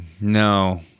no